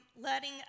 letting